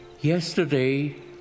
yesterday